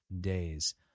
days